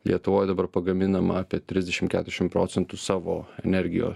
lietuvoj dabar pagaminama apie trisdešim keturiasdešim procentų savo energijo